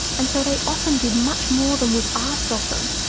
and so they often did much more than was asked of them.